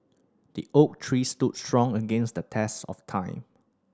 the oak tree stood strong against the test of time